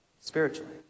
spiritually